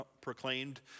proclaimed